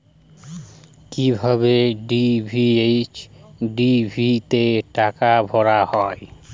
কি ভাবে DTH TV তে টাকা ভরা হয়?